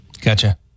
Gotcha